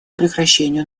прекращению